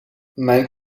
mijn